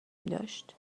داشت